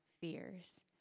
fears